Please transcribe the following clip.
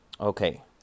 Okay